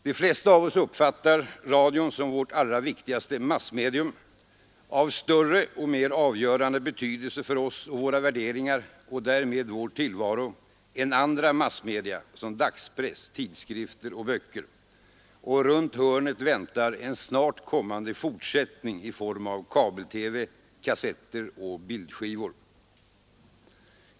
De flesta av oss uppfattar rundradion som vårt allra viktigaste massmedium — av större och mer avgörande betydelse för oss och våra värderingar, och därmed vår tillvaro, än andra massmedia som dagspress, tidskrifter och böcker. Och runt hörnet väntar en snart kommande fortsättning i form av kabel-TV, kassetter och bildskivor.